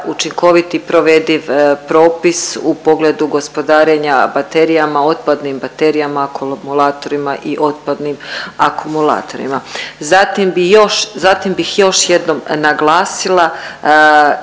učinkovit i provediv propis u pogledu gospodarenja baterijama, otpadnim baterijama, akumulatorima i otpadnim akumulatorima. Zatim bi još, zatim bih još jednom naglasila